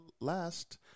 last